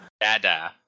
Dada